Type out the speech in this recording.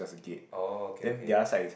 oh okay okay